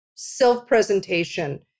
self-presentation